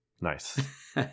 Nice